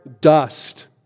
dust